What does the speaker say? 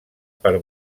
per